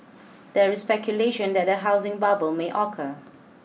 there is speculation that a housing bubble may occur